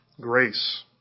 grace